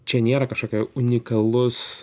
čia nėra kažkokia unikalus